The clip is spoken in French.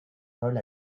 vols